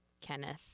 Kenneth